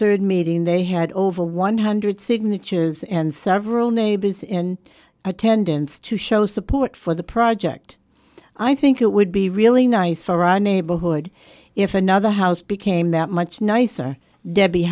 third meeting they had over one hundred signatures and several neighbors in attendance to show support for the project i think it would be really nice for our neighborhood if another house became that much nicer debbie